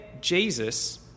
Jesus